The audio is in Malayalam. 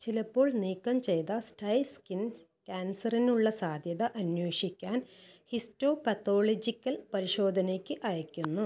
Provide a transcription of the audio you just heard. ചിലപ്പോൾ നീക്കം ചെയ്ത സ്റ്റൈ സ്കിൻ ക്യാൻസറിനുള്ള സാധ്യത അന്വേഷിക്കാൻ ഹിസ്റ്റോപത്തോളജിക്കൽ പരിശോധനയ്ക്ക് അയയ്ക്കുന്നു